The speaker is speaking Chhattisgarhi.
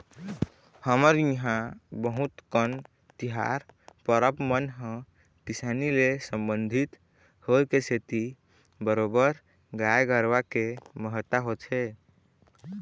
हमर इहाँ बहुत कन तिहार परब मन ह किसानी ले संबंधित होय के सेती बरोबर गाय गरुवा के महत्ता होथे